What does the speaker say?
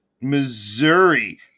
Missouri